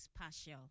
partial